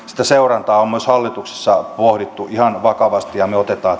seurantaa on myös hallituksessa pohdittu ihan vakavasti ja me otamme